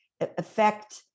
affect